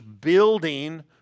building